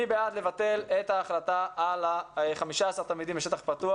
מי בעד ביטול ההחלטה על ה-15 תלמידים בשטח פתוח